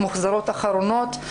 מוחזרות אחרונות,